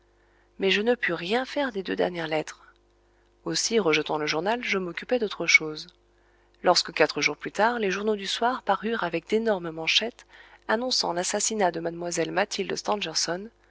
mais je ne pus rien faire des deux dernières lettres aussi rejetant le journal je m'occupai d'autre chose lorsque quatre jours plus tard les journaux du soir parurent avec d'énormes manchettes annonçant l'assassinat de mlle mathilde